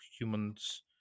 humans